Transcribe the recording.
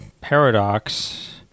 paradox